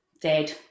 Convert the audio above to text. dead